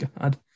god